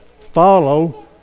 follow